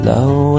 Love